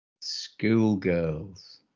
Schoolgirls